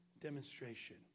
demonstration